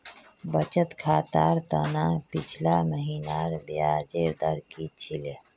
बचत खातर त न पिछला महिनार ब्याजेर दर की छिले